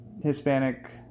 Hispanic